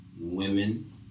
women